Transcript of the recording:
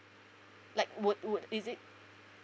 like would would is it